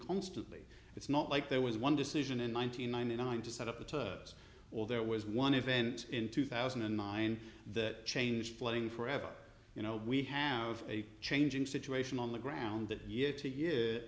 constantly it's not like there was one decision in one nine hundred ninety nine to set up the turds or there was one event in two thousand and nine that changed flooding forever you know we have a changing situation on the ground that year to year